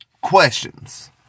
questions